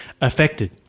affected